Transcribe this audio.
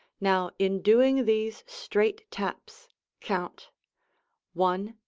now in doing these straight taps count one,